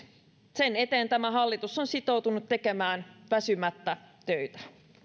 sen eteen tämä hallitus on sitoutunut tekemään väsymättä töitä